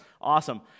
awesome